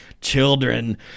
children